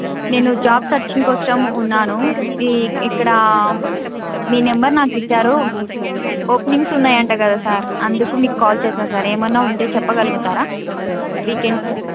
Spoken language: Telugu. నేను జాబ్ సర్చింగ్ కోసం ఉన్నాను మీ ఇక్కడ మీ నెంబర్ నాకు ఇచ్చారు ఓపెనింగ్స్ ఉన్నాయంట కదా సార్ అందుకు మీకు కాల్ చేశాను సార్ ఏమన్నా ఉంటే చెప్పగలుగుతారా వీ కెన్